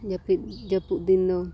ᱡᱟᱹᱯᱤᱫ ᱡᱟᱹᱯᱩᱫ ᱫᱤᱱ ᱫᱚ